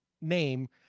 name